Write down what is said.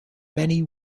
many